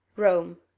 rome.